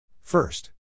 First